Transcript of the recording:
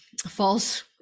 false